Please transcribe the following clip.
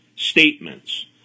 statements